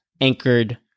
anchored